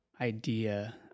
idea